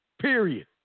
period